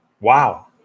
Wow